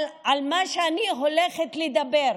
אבל על מה שאני הולכת לדבר,